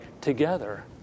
together